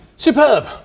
Superb